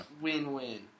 win-win